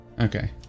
Okay